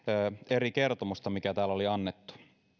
eri kertomusta mitä täällä oli annettu